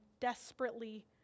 desperately